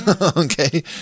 Okay